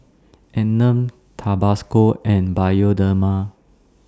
Anmum Tabasco and Bioderma